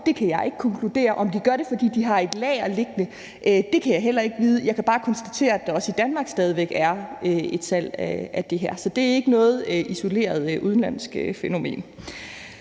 kan jeg ikke konkludere. Om de gør det, fordi de har et lager liggende, kan jeg heller ikke vide. Jeg kan bare konstatere, at der også i Danmark stadig væk er et salg af det her. Så det er ikke noget isoleret udenlandsk fænomen.